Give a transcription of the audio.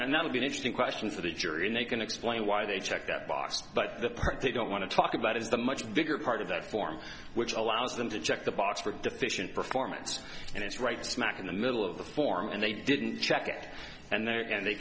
and that would be an interesting question for the jury and they can explain why they check that box but the part they don't want to talk about is the much bigger part of that form which allows them to check the box for deficient performance and it's right smack in the middle of the form and they didn't check it and then again they